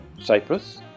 Cyprus